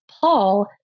Paul